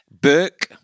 Burke